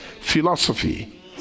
philosophy